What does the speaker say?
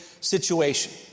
situation